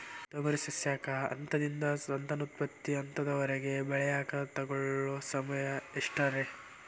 ತೊಗರಿ ಸಸ್ಯಕ ಹಂತದಿಂದ, ಸಂತಾನೋತ್ಪತ್ತಿ ಹಂತದವರೆಗ ಬೆಳೆಯಾಕ ತಗೊಳ್ಳೋ ಸಮಯ ಎಷ್ಟರೇ?